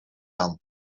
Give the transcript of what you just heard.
aan